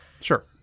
sure